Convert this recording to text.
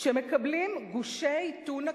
שמקבלים גושי טונה קפואים,